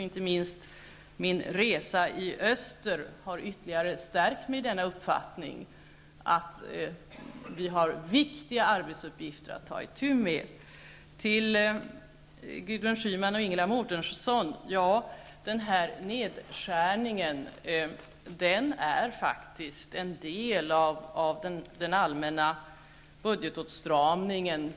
Inte minst min resa i öster har stärkt mig i uppfattningen att vi har viktiga arbetsuppgifter att ta itu med. Till Gudrun Schyman och Ingela Mårtensson vill jag säga att nedskärningen faktiskt är en del av den allmänna budgetåtstramningen.